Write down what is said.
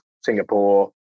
Singapore